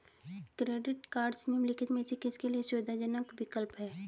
Credit cards निम्नलिखित में से किसके लिए सुविधाजनक विकल्प हैं?